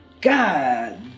god